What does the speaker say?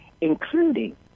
including